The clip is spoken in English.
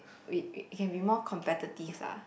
we we can be more competitive ah